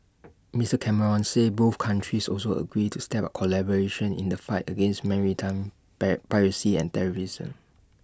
Mister Cameron said both countries also agreed to step up collaboration in the fight against maritime piracy and terrorism